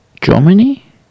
Germany